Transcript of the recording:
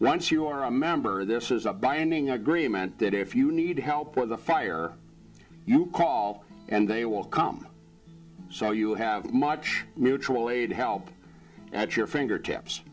once you are a member this is a binding agreement that if you need help or the fire you call and they will come so you have much mutual aid help at your fingertips